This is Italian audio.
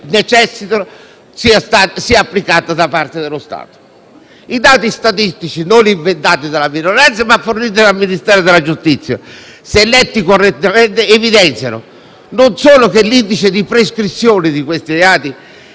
necessitano sia applicata da parte dello Stato. I dati statistici, non inventati dalla minoranza, ma forniti dal Ministero della giustizia, se letti correttamente, evidenziano non solo che l'indice di prescrizione di questi reati